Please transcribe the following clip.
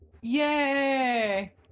Yay